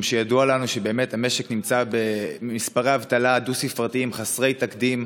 משום שידוע לנו שהמשק נמצא במספרי אבטלה דו-ספרתיים חסרי תקדים,